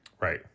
Right